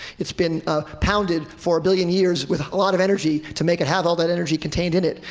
it's been ah pounded for a billion years with a lot of energy to make it have all that energy contained in it.